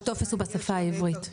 הטופס הוא בשפה העברית.